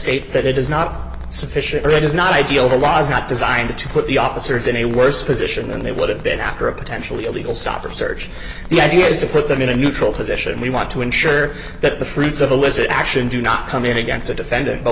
states that it is not sufficient or it is not ideal the law is not designed to put the officers in a worse position than they would have been after a potentially illegal stop or search the idea is to put them in a neutral position we want to ensure that the fruits of illicit action do not come in against the defendant but